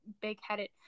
big-headed